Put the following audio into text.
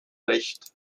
recht